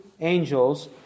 angels